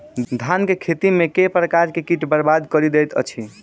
धान केँ खेती मे केँ प्रकार केँ कीट बरबाद कड़ी दैत अछि?